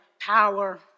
power